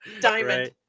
diamond